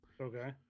Okay